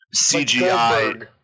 CGI